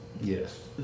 Yes